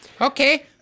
Okay